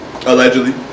allegedly